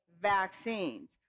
vaccines